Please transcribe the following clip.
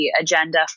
agenda